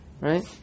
right